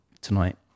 tonight